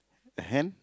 the hen